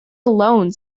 alone